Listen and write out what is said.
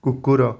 କୁକୁର